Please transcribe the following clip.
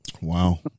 Wow